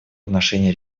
отношении